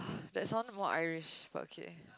that sounded more Irish but okay